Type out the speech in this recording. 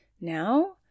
now